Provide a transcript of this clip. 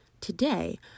Today